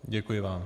Děkuji vám.